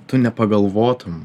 tu nepagalvotum